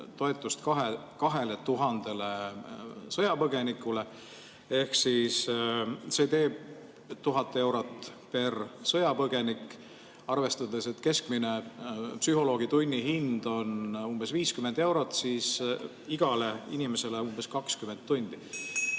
toetusest 2000 sõjapõgenikule, see teeb 1000 eurotpersõjapõgenik. Arvestades, et keskmine psühholoogi tunnihind on umbes 50 eurot, on igale inimesele [võimaldatud]